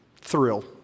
thrill